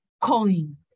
coin